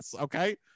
okay